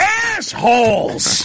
assholes